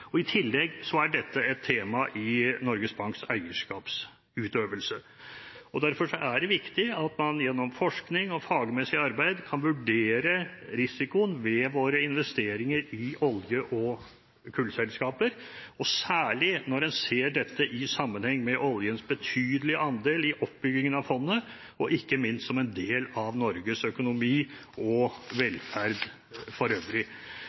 og i tillegg er dette et tema i Norges Banks eierskapsutøvelse. Derfor er det viktig at man gjennom forskning og faglig arbeid kan vurdere risikoen ved våre investeringer i olje- og kullselskaper – særlig når en ser dette i sammenheng med oljens betydelige andel i oppbyggingen av fondet, og ikke minst som en del av Norges økonomi og velferd for øvrig.